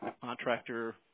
contractor